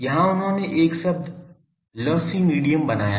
यहाँ उन्होंने एक शब्द लोस्सी मीडियम बनाया है